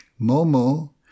momo